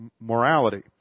morality